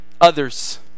others